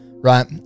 right